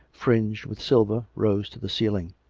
fringed with silver, rose to the ceiling.